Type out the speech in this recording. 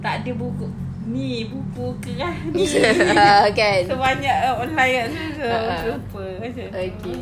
tak ada buku ini buku kia~ ini sebanyak kan online kan so so sudah terlupa macam itu